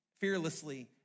fearlessly